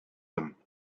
him